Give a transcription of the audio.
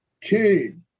King